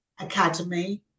academy